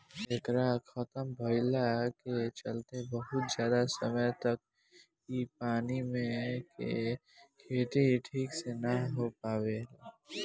एकरा खतम भईला के चलते बहुत ज्यादा समय तक इ पानी मे के खेती ठीक से ना हो पावेला